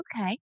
Okay